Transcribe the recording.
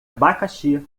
abacaxi